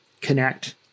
connect